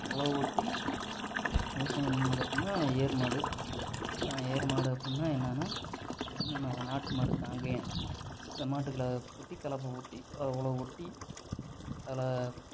உழவோட்டி விவசாயம் பண்ணிணது அப்டின்னா ஏர் மாடு ஏர் மாடு அப்டின்னா என்னான்னால் நம்ம நாட்டு மாடு காங்கேயம் அந்த மாடுகளை கூட்டி கலப்பை பூட்டி உழவோட்டி அதில்